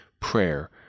prayer